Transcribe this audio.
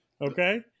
Okay